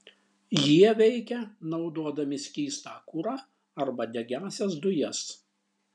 jie veikia naudodami skystą kurą arba degiąsias dujas